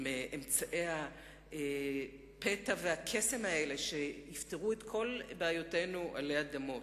עם אמצעי הפתע והקסם האלה שיפתרו את כל בעיותינו עלי אדמות,